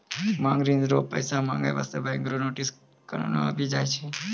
मांग ऋण रो पैसा माँगै बास्ते बैंको रो नोटिस कखनु आबि जाय छै